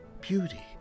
beauty